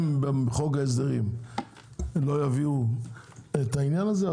אם בחוק ההסדרים לא יביאו את העניין הזה,